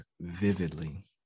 vividly